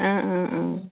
অঁ অঁ অঁ